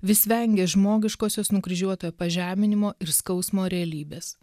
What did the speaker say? vis vengia žmogiškosios nukryžiuotojo pažeminimo ir skausmo realybės